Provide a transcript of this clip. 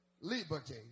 liberty